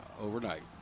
overnight